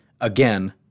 Again